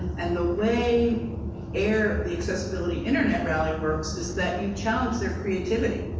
and the way air, the accessibility internet rally works is that you challenge their creativity.